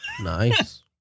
Nice